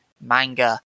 manga